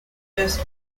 first